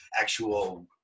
actual